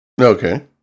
Okay